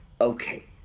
Okay